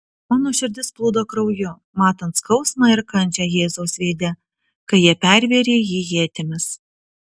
mano širdis plūdo krauju matant skausmą ir kančią jėzaus veide kai jie pervėrė jį ietimis